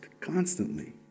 constantly